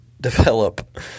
develop